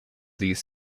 these